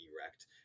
erect